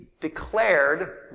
declared